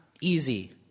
easy